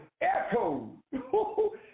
echo